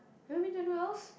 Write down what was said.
have I been to anywhere else